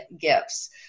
gifts